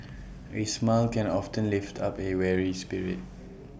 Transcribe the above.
A smile can often lift up A weary spirit